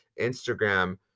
Instagram